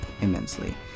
immensely